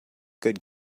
good